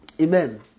Amen